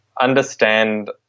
understand